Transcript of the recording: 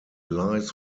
lies